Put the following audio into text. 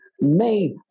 made